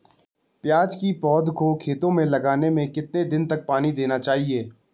प्याज़ की पौध को खेतों में लगाने में कितने दिन तक पानी देना चाहिए?